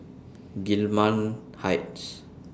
Gillman Heights